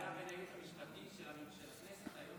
הייעוץ המשפטי של הכנסת,